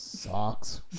Socks